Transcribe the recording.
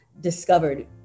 discovered